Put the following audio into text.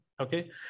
okay